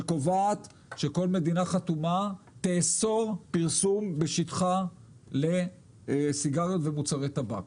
שקובעת שכל מדינה חתומה תאסור פרסום בשטחה לסיגריות ומוצרי טבק.